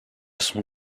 son